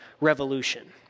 Revolution